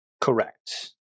Correct